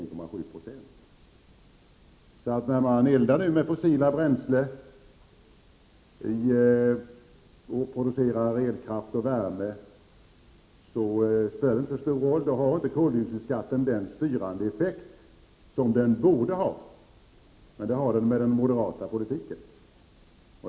När det nu eldas med fossila bränslen och produceras elkraft och värme spelar det inte så stor roll. Då har koldioxidskatten inte den styrande effekt som den borde ha. Det får den däremot med den moderata politiken.